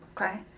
Okay